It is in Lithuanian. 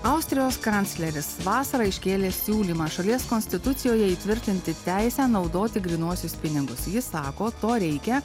austrijos kancleris vasarą iškėlė siūlymą šalies konstitucijoje įtvirtinti teisę naudoti grynuosius pinigus jis sako to reikia